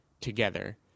together